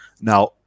Now